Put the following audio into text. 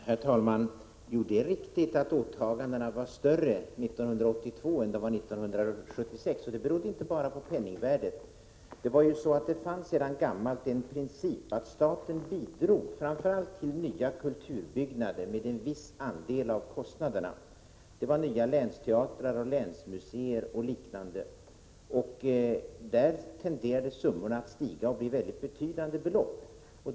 Herr talman! Det är riktigt att åtagandena var större 1982 än de var 1976. Det berodde inte bara på penningvärdet. Det fanns nämligen sedan gammalt en princip att staten bidrog framför allt till nya kulturbyggnader med en viss andel av kostnaderna. Det var nya länsteatrar, länsmuseer och liknande. Summorna tenderade att stiga till mycket betydande belopp.